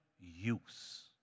use